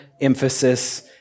emphasis